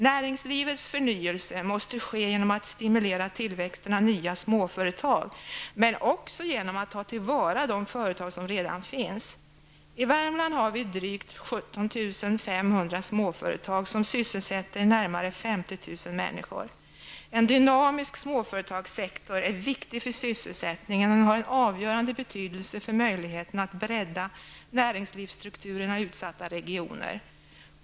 Näringslivets förnyelse måste ske genom att stimulera tillväxten av nya småföretag, men också genom att ta tillvara de företag som redan finns. I Värmland har vi drygt 17 500 småföretag som sysselsätter närmare 50 000 människor. En dynamisk småföretagssektor är viktig för sysselsättningen och den har en avgörande betydelse för möjligheterna att bredda näringslivsstrukturerna i utsatta regioner.